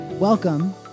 Welcome